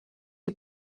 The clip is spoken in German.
die